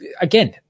again